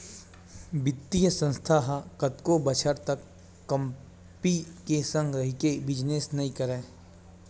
बित्तीय संस्था ह कतको बछर तक कंपी के संग रहिके बिजनेस नइ करय